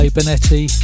Benetti